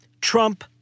Trump